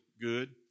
good